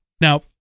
Now